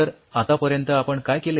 तर आतापर्यंत आपण काय केले